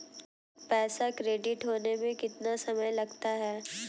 पैसा क्रेडिट होने में कितना समय लगता है?